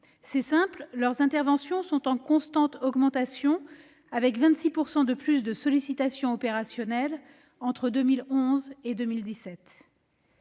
C'est simple : leurs interventions sont en constante augmentation, avec 26 % de sollicitations opérationnelles en plus entre 2011 et 2017.